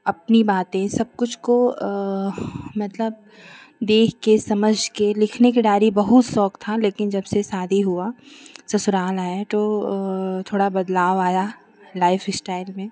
अपनी बातें सबकुछ को अ मतलब देख कर समझ कर लिखने की डायरी बहुत शौक था लेकिन जबसे शादी हुआ ससुराल आया तो थोड़ा बदलाव आया लाईफस्टाइल में